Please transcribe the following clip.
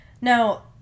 now